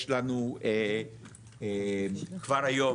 יש לנו כבר היום,